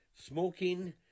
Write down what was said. smoking